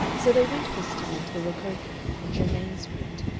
so they went this time to the rococo, in germain street,